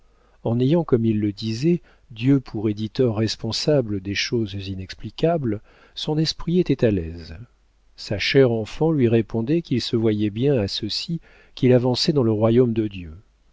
en ayant comme il le disait dieu pour éditeur responsable des choses inexplicables son esprit était à l'aise sa chère enfant lui répondait qu'il se voyait bien à ceci qu'il avançait dans le royaume de dieu